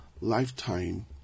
lifetime